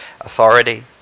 authority